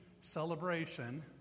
celebration